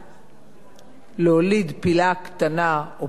להוליד פילה קטנה, או פיל קטן חדש.